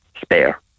Spare